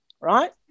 Right